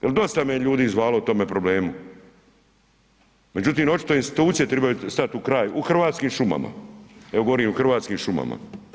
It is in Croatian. Jer dosta me je ljudi zvalo o tome problemu, međutim očito institucije trebaju stati u kraj u Hrvatskim šumama, evo govorim o hrvatskim šumama.